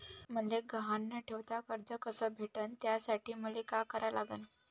मले गहान न ठेवता कर्ज कस भेटन त्यासाठी मले का करा लागन?